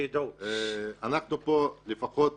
אנחנו פה לפחות